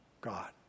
God